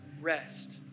Rest